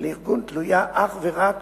לארגון תלויה אך ורק